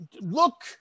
look